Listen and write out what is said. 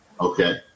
Okay